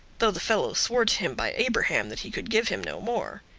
though the fellow swore to him by abraham that he could give him no more.